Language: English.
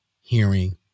hearing